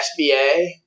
sba